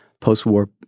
post-war